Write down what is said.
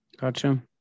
Gotcha